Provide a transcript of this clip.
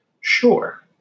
sure